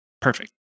Perfect